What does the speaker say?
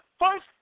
first